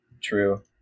True